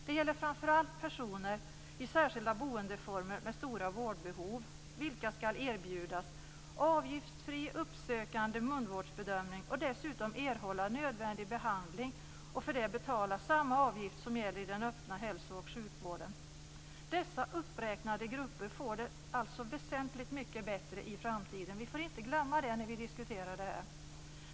Det gäller framför allt personer i särskilda boendeformer och som har stora vårdbehov. Dessa skall erbjudas en avgiftsfri, uppsökande munvårdsbedömning. Dessutom skall de erhålla nödvändig behandling och för det betala samma avgift som gäller i den öppna hälsooch sjukvården. De grupper som här räknats upp får det alltså väsentligt mycket bättre i framtiden. Det får vi inte glömma när vi diskuterar det här.